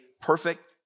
perfect